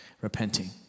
Repenting